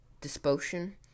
disposition